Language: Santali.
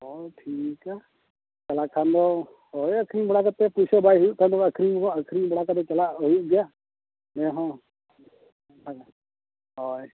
ᱦᱳᱭ ᱴᱷᱤᱠᱟ ᱪᱟᱞᱟᱜ ᱠᱷᱟᱱ ᱫᱚ ᱦᱳᱭ ᱟᱹᱠᱷᱟᱨᱤᱧ ᱵᱟᱲᱟ ᱠᱟᱛᱮᱫ ᱯᱩᱭᱥᱟᱹ ᱵᱟᱭ ᱦᱩᱭᱩᱜ ᱠᱷᱟᱱ ᱫᱚᱟᱹᱠᱷᱟᱨᱤᱧᱮᱭᱟ ᱟᱹᱠᱷᱟᱨᱤᱧ ᱵᱟᱲᱟ ᱠᱟᱛᱮᱫ ᱪᱟᱞᱟᱜ ᱦᱩᱭᱩᱜ ᱜᱮᱭᱟ ᱱᱮ ᱦᱚᱸ ᱚᱱᱠᱟ ᱜᱮ ᱦᱳᱭ